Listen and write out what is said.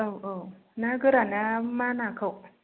औ औ ना गोराना मा नाखौ